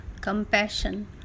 compassion